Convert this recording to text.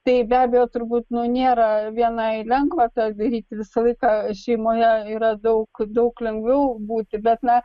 tai be abejo turbūt nu nėra vienai lengva tą daryti visą laiką šeimoje yra daug daug lengviau būti bet na